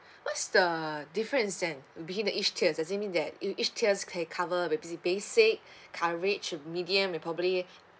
what's difference in that uh with being the each tier does it mean that e~ each tiers can cover basic coverage or medium and probably